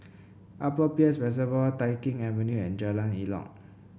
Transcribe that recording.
Upper Peirce Reservoir Tai Keng Avenue and Jalan Elok